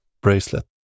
bracelet